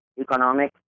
economic